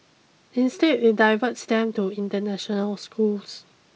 instead it diverts them to international schools